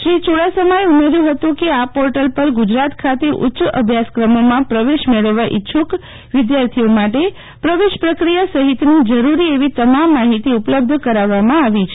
શ્રી યૂડાસમાએ ઉમેર્યું હતું કે આ પોર્ટલ પર ગુજરાત ખાતે ઉચ્ય અભ્યાસકમોમં પ્રવેશ મેળવવા ઇચ્છુક વિદ્યાર્થીઓ માટે પ્રવેશ પ્રક્રિયા સહિતની જરૂરી એવી તમામ માહિતી ઉપલબ્ધ કરાવવામાં આવી છે